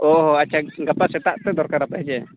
ᱚ ᱦᱚᱸ ᱟᱪᱪᱷᱟ ᱜᱟᱯᱟ ᱥᱮᱛᱟᱜ ᱯᱮ ᱫᱚᱨᱠᱟᱨ ᱟᱯᱮᱭᱟ ᱦᱮᱸᱥᱮ